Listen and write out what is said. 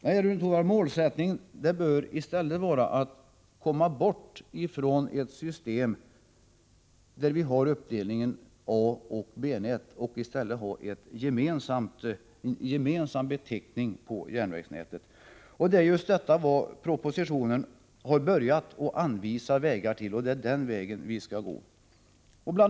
Nej, Rune Torwald, målsättningen bör i stället vara att komma bort från ett system där man har uppdelningen på A och B-nät och i stället ha en gemensam beteckning på järnvägsnätet. Det är just det som propositionen har börjat anvisa vägar till, och det är den vägen vi skall gå. Bl.